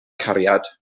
cariad